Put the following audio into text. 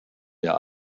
der